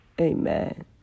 Amen